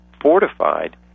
fortified